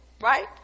Right